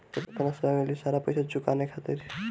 केतना समय मिली सारा पेईसा चुकाने खातिर?